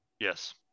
Yes